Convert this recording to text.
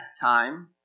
time